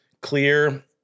clear